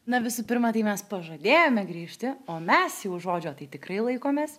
na visų pirma tai mes pažadėjome grįžti o mes jau žodžio tai tikrai laikomės